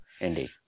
Indeed